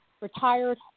retired